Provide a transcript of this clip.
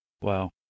Wow